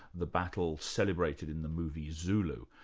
the battle celebrated in the movie, zulu.